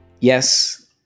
Yes